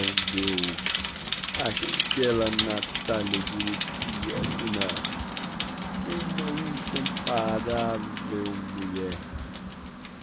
incom pa ra á vel aquella natalia dmitrievna uma incompa ra vel mulher